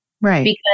Right